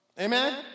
Amen